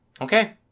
Okay